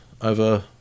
over